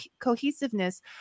cohesiveness